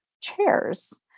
chairs